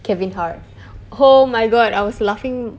kevin hart oh my god I was laughing